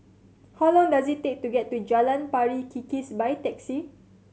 how long does it take to get to Jalan Pari Kikis by taxi